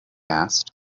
asked